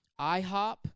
IHOP